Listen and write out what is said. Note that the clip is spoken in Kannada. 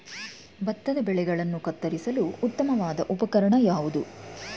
ಭತ್ತದ ಬೆಳೆಗಳನ್ನು ಕತ್ತರಿಸಲು ಉತ್ತಮವಾದ ಉಪಕರಣ ಯಾವುದು?